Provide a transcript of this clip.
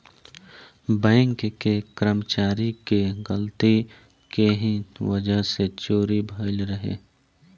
bank के कर्मचारी के गलती के ही वजह से चोरी भईल रहे